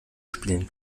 spielen